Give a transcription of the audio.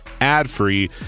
ad-free